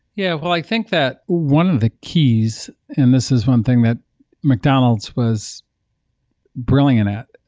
yeah. well, i think that one of the keys and this is one thing that mcdonald's was brilliant at,